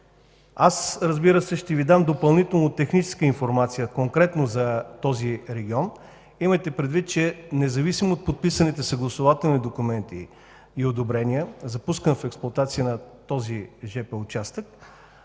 Разбира се, ще Ви дам допълнително техническа информация конкретно за този регион. Имайте предвид, че независимо от подписаните съгласувателни документи и одобрения за пускане в експлоатация на този жп участък,